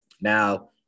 Now